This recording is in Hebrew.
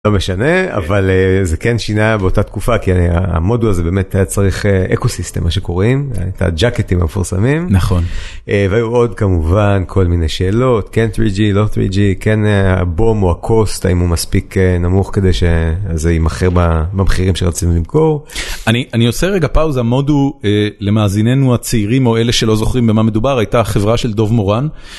לא משנה, אבל זה כן שינה באותה תקופה. כי המודו הזה באמת היה צריך אקו סיסטם מה שקוראים, את הג'אקטים המפורסמים, נכון, והיו עוד כמובן כל מיני שאלות כן 3G לא 3G, כן הבום או הקוסט, האם הוא מספיק נמוך כדי שזה ימכר במחירים שרצינו למכור. אני עושה רגע פאוזה, מודו, למאזיננו הצעירים או אלה שלא זוכרים במה מדובר, הייתה חברה של דוב מורן.